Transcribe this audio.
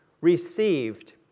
received